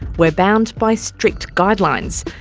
we're bound by strict guidelines,